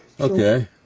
okay